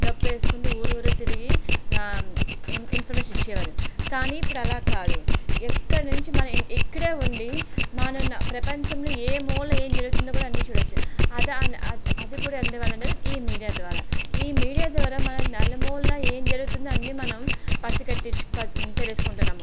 డప్పు వేసుకుంటూ ఊరు ఊరు తిరిగి ఇన్ఫర్మేషన్ ఇచ్చేవారు కానీ ఇప్పుడు అలా కాదు ఎక్కడ నుంచి మనం ఇక్కడే ఉండి మన ప్రపంచంలో ఏ మూల ఏం జరుగుతుందో కూడా అన్నీ చూడవచ్చు అది కూడా ఎందువల్ల అనేది ఈ మీడియా ద్వారా ఈ మీడియా ద్వారా మనం నలుమూలల ఏం జరుగుతుందో అన్నీ మనం పసిగట్టి తెలుసుకుంటున్నాము